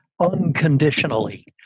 unconditionally